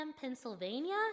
Pennsylvania